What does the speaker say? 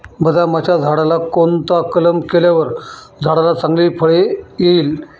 बदामाच्या झाडाला कोणता कलम केल्यावर झाडाला चांगले फळ येईल?